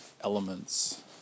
elements